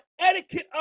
etiquette